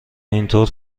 اینطور